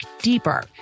deeper